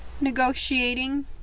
negotiating